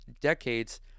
decades